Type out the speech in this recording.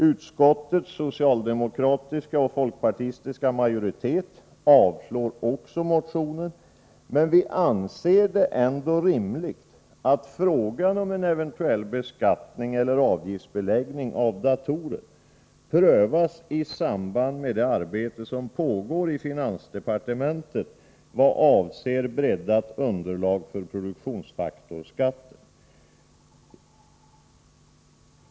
Utskottets socialdemokratiska och folkpartistiska majoritet avstyrker också motionen, men vi anser det ändå rimligt att frågan om en eventuell beskattning eller avgiftsbeläggning av datorer prövas i samband med det arbete som pågår inom finansdepartementet vad avser ett breddad underlag för produktionsfaktorskatt.